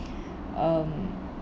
um